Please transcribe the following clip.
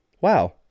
Wow